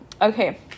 Okay